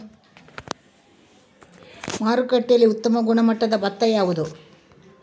ಮಾರುಕಟ್ಟೆಯಲ್ಲಿ ಉತ್ತಮ ಗುಣಮಟ್ಟದ ಭತ್ತ ಯಾವುದು?